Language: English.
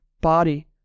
body